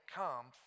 come